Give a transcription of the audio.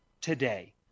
today